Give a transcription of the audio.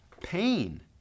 pain